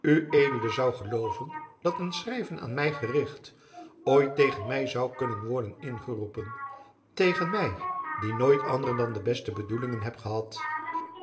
ued zoû gelooven dat een schrijven aan my gericht ooit tegen my zoû kunnen worden ingeroepen tegen my die nooit andere dan de beste bedoelingen heb gehad